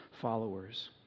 followers